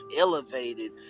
elevated